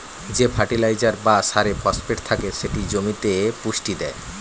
যে ফার্টিলাইজার বা সারে ফসফেট থাকে সেটি জমিতে পুষ্টি দেয়